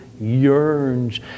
yearns